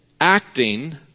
acting